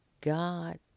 God